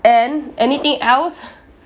and anything else